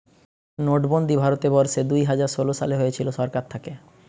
নোটবন্দি ভারত বর্ষে দুইহাজার ষোলো সালে হয়েছিল সরকার থাকে